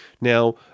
Now